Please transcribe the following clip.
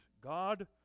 God